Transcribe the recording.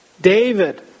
David